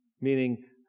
Meaning